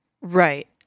Right